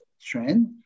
trend